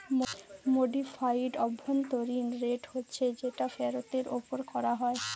modified অভ্যন্তরীন rate হচ্ছে যেটা ফেরতের ওপর করা হয়